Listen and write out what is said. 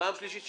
פעם שלישית,